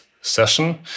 session